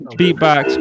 beatbox